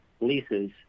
leases